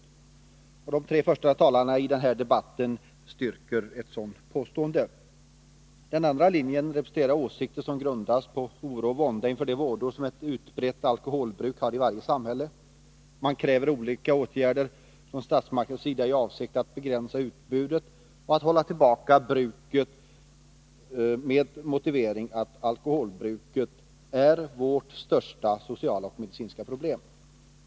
Inläggen från de tre första talarna i denna debatt styrker detta påstående. Den andra linjen representerar åsikter som grundas på oro och vånda inför de vådor ett utbrett alkoholbruk har i varje samhälle. Man kräver olika åtgärder från statsmaktens sida i avsikt att begränsa utbudet och att hålla tillbaka bruket med motivering att alkoholbruket är vårt största sociala och medicinska problem.